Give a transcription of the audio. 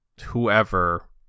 whoever